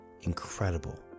incredible